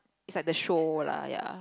is like the show lah ya